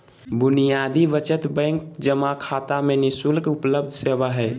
बुनियादी बचत बैंक जमा खाता में नि शुल्क उपलब्ध सेवा हइ